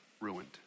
ruined